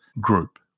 group